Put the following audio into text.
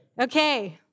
Okay